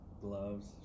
Gloves